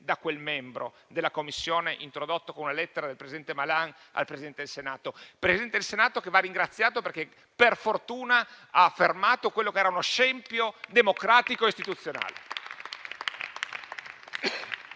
da quel componente della Commissione, introdotto con lettera del presidente Malan al Presidente del Senato, che va ringraziato, perché per fortuna ha fermato quello che era uno scempio democratico e istituzionale.